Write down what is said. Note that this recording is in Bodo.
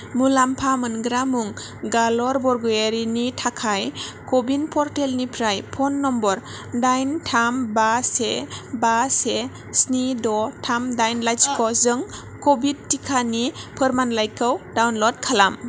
मुलाम्फा मोनग्रा मुं गाल'र बरग'यारिनि थाखाय क'विन प'र्टेलनिफ्राय फ'न नम्बर दाइन थाम बा से बा से स्नि द' थाम दाइन लाथिख'जों क'भिड टिकानि फोरमानलाइखौ डाउनल'ड खालाम